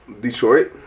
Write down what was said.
Detroit